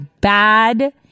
bad